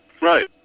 Right